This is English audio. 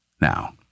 Now